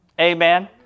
Amen